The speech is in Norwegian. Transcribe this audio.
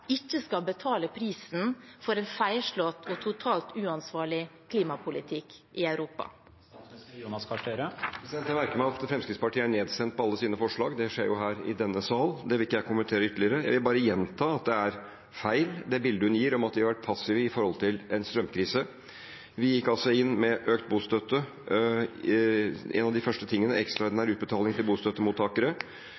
ikke skal betale prisen for en feilslått og totalt uansvarlig klimapolitikk i Europa? Jeg merker meg at alle Fremskrittspartiets forslag er stemt ned. Det skjer jo her i denne sal, så det vil jeg ikke kommentere ytterligere, jeg vil bare gjenta at det er feil, det bildet representanten gir av at vi har vært passive opp mot en strømkrise. Vi gikk altså inn med økt bostøtte, en av de første tingene